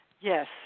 Yes